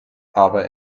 aber